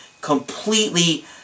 completely